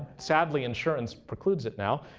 sadly, insurance precludes it now.